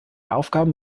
aufgaben